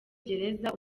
gereza